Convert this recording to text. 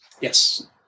Yes